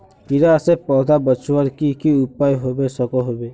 कीड़ा से पौधा बचवार की की उपाय होबे सकोहो होबे?